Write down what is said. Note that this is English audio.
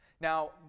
Now